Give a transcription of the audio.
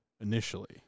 initially